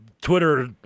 Twitter